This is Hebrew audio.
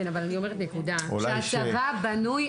אבל הצבא בנוי